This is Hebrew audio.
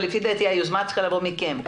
ולדעתי היוזמה צריכה לבוא מכם.